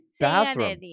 bathroom